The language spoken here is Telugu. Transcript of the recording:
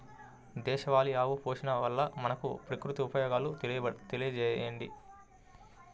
దేశవాళీ ఆవు పోషణ వల్ల మనకు, ప్రకృతికి ఉపయోగాలు తెలియచేయండి?